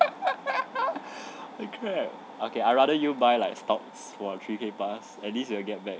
correct okay I rather you buy like stocks for three K plus at least you will get back